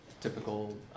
typical